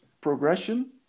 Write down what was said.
progression